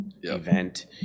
event